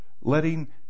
letting